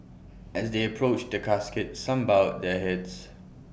as they approached the casket some bowed their heads